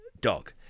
dog